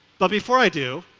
but before i do,